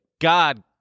God